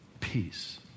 peace